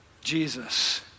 Jesus